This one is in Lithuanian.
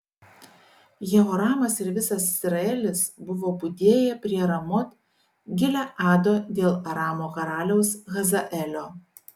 jehoramas ir visas izraelis buvo budėję prie ramot gileado dėl aramo karaliaus hazaelio